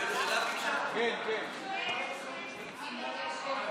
כן, שמית.